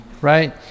right